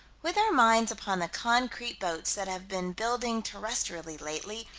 with our minds upon the concrete boats that have been building terrestrially lately,